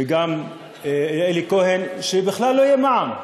וגם אלי כהן, שבכלל לא יהיה מע"מ,